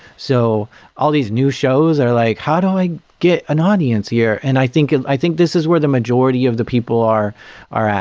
so all these new shows are like, how do i get an audience here? and i think and i think this is where the majority of the people are are at,